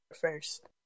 first